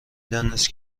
دانست